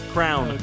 Crown